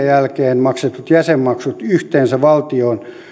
jälkeen maksetut jäsenmaksut yhteensä valtion